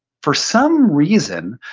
for some reason,